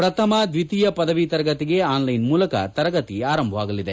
ಪ್ರಥಮ ದ್ವೀತಿಯ ಪದವಿ ತರಗತಿಗೆ ಆನ್ ಲೈನ್ ಮೂಲಕ ತರಗತಿ ಆರಂಭವಾಗಲಿದೆ